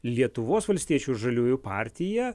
lietuvos valstiečių ir žaliųjų partija